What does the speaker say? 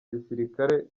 gisirikare